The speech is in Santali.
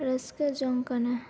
ᱨᱟᱹᱥᱠᱟᱹ ᱡᱚᱝ ᱠᱟᱱᱟ